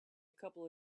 couple